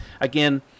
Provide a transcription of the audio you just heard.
again